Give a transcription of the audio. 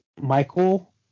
Michael